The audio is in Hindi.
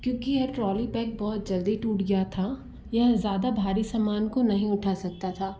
क्योंकि यह ट्रॉली बैग बहुत जल्दी टूट गया था यह ज़्यादा भारी सामान काे नहीं उठा सकता था